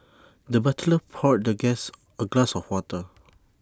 the butler poured the guest A glass of water